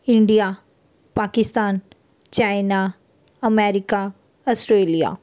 India Pakistan China America Australia